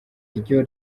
ryo